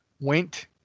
went